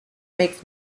makes